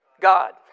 God